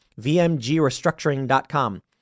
VMGrestructuring.com